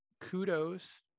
kudos